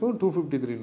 253